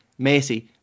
Messi